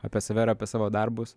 apie save ir apie savo darbus